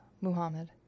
Muhammad